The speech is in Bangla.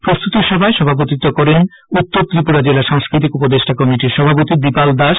প্রস্তুতি সভায় সভাপতিত্ব করেন উত্তর ত্রিপুরা জেলা সাংস্কৃতিক উপদেষ্টা কমিটির দীপাল দাস